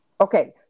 okay